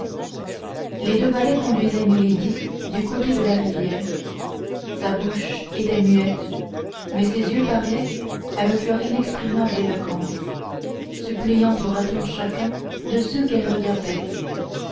les deux valets conduisaient milady du côté de la rivière sa bouche était muette mais ses yeux parlaient avec leur inexprimable éloquence suppliant tour à tour chacun de ceux qu'elle regardait